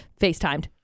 FaceTimed